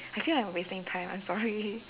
I feel like I'm wasting time I'm sorry